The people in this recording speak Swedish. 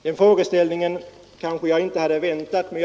Den frågeställningen kanske jag inte hade väntat mig.